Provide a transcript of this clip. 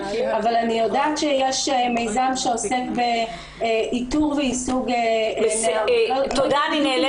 אבל אני יודעת שיש מיזם שעוסק באיתור ויישוג של נערות